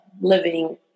living